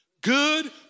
Good